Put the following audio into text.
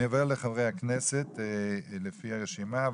אני עובר לחברי הכנסת לפי הרשימה.